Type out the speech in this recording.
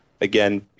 again